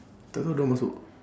tak tahu diorang masuk